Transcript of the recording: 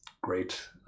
great